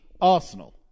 Arsenal